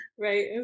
Right